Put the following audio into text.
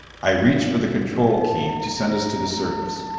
i reached for the control key to send us to the surface.